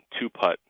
two-putt